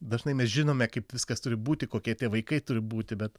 dažnai mes žinome kaip viskas turi būti kokie tie vaikai turi būti bet